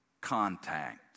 contact